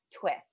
twist